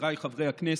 חבריי חברי הכנסת,